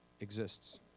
exists